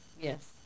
Yes